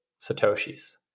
Satoshis